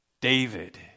David